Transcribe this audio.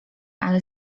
ale